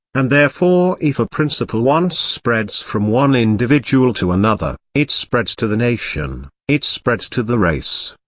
and therefore if a principle once spreads from one individual to another, it spreads to the nation, it spreads to the race.